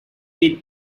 with